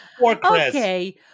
Okay